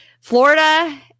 Florida